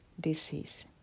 disease